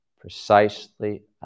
precisely